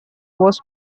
was